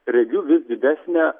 regiu vis didesnę